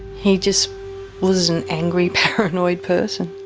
he just was an angry, paranoid person.